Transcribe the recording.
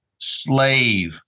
slave